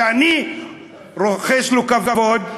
שאני רוחש לו כבוד,